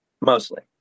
mostly